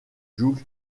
joug